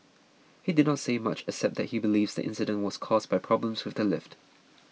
he did not say much except that he believes the incident was caused by problems with the lift